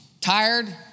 tired